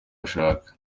ashaka